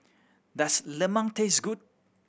does lemang taste good